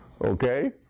okay